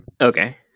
Okay